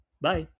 Bye